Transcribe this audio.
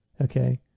okay